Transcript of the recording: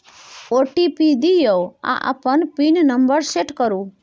OTP दियौ आ अपन पिन नंबर सेट करु